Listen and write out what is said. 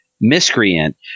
miscreant